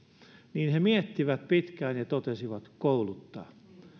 niin he miettivät pitkään ja totesivat että kouluttaa